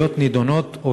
שיהיו נדונות,